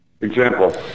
example